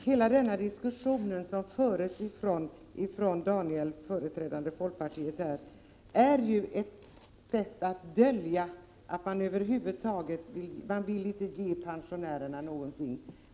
Herr talman! Hela den diskussion som här förs av Daniel Tarschys, företrädare för folkpartiet, är ett sätt att dölja att man över huvud taget inte vill ge pensionärerna någonting.